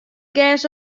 gers